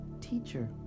teacher